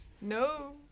no